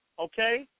okay